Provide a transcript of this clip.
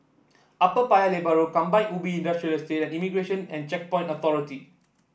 Upper Paya Lebar Road Kampong Ubi Industrial Estate Immigration and Checkpoints Authority